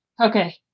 okay